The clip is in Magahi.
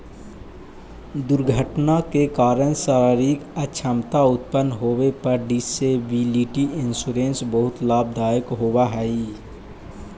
दुर्घटना के कारण शारीरिक अक्षमता उत्पन्न होवे पर डिसेबिलिटी इंश्योरेंस बहुत लाभदायक होवऽ हई